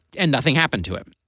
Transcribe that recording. and nothing happened to him.